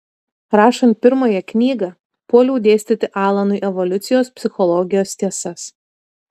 rašant pirmąją knygą puoliau dėstyti alanui evoliucijos psichologijos tiesas